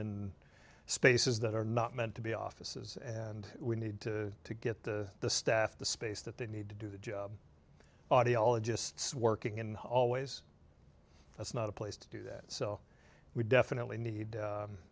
in spaces that are not meant to be offices and we need to get the staff the space that they need to do the job audiologists working in all ways that's not a place to do that so we definitely need